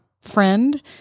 friend